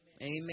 Amen